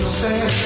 say